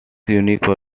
unique